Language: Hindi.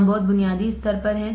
हम बहुत बुनियादी स्तर पर हैं